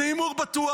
זה הימור בטוח.